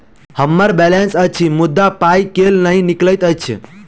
हम्मर बैलेंस अछि मुदा पाई केल नहि निकलैत अछि?